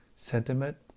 Sentiment